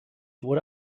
wurde